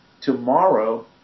tomorrow